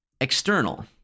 external